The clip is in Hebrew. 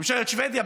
ממשלת שבדיה,